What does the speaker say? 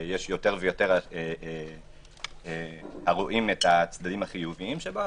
ויש יותר ויותר הרואים את הצדדים החיוביים שבו,